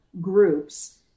groups